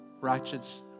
Righteous